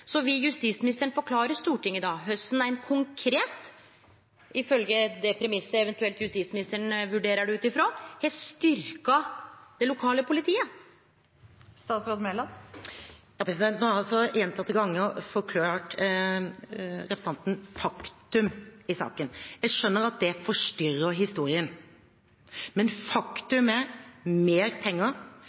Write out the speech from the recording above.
Så vil justisministeren då forklare Stortinget korleis ein konkret – ifølgje den premissen justisministeren vurderer det ut ifrå – har styrkt det lokale politiet? Nå har jeg altså gjentatte ganger forklart representanten faktum i saken. Jeg skjønner at det forstyrrer historien, men faktum er mer penger